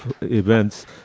events